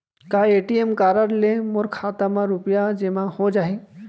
का ATM card ले मोर खाता म रुपिया जेमा हो जाही?